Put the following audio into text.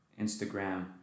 Instagram